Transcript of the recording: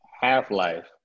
Half-Life